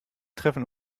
treffen